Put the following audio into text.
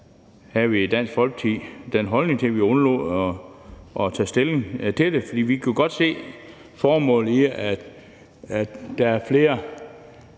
vi i Dansk Folkeparti den holdning, at vi undlod at tage stilling til det, for vi kunne jo godt se formålet i, at der er flere